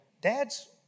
Dads